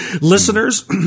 listeners